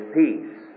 peace